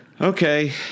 Okay